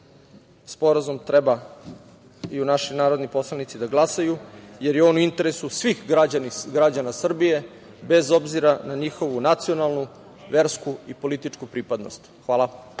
sporazum treba i naši narodni poslanici da glasaju, jer je on u interesu svih građana Srbije, bez obzira na njihovu nacionalnu, versku i političku pripadnost. Hvala.